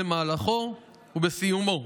במהלכו ובסיומו,